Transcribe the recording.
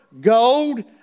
gold